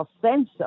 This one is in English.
offensive